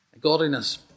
Godliness